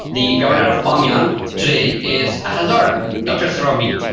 the governor of bamyan today is a hazara, dr sarabi,